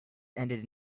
ended